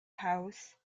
house